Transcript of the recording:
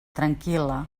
tranquil·la